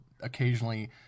occasionally